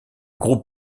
groupe